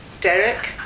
Derek